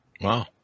Wow